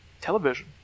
television